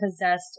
possessed